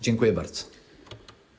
Dziękuję bardzo.